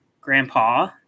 grandpa